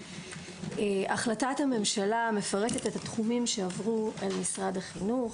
החלטת הממשלה מפרטת את התחומים שעברו אל משרד החינוך,